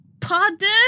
pardon